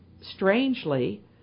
strangely